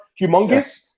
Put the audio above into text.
Humongous